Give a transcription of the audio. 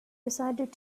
decided